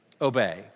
obey